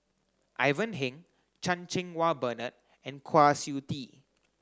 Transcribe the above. Ivan Heng Chan Cheng Wah Bernard and Kwa Siew Tee